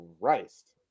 Christ